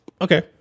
okay